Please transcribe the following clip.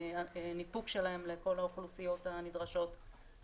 ניפוק שלהם לכל האוכלוסיות הנדרשות,